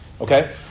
okay